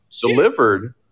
Delivered